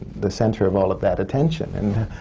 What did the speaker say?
the center of all of that attention. and